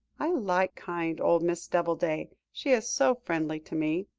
i like kind old miss doubleday, she is so friendly to me.